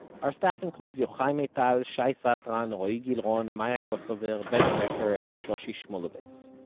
our staff includes yochai maital, shai satran, roee gilron, maya kosover, benny becker and shoshi shmuluvitz.